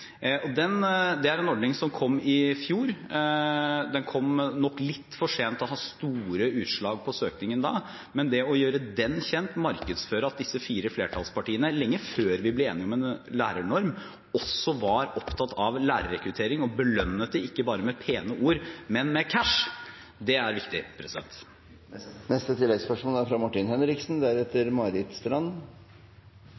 Det er en ordning som kom i fjor. Den kom nok litt for sent til å ha store utslag på søkningen da, men å gjøre den kjent, markedsføre at disse fire flertallspartiene, lenge før vi ble enige om en lærernorm, også var opptatt av lærerrekruttering og belønnet det – ikke bare med pene ord, men med cash – det er viktig.